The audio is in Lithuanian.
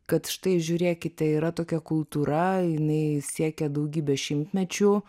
kad štai žiūrėkite yra tokia kultūra jinai siekia daugybę šimtmečių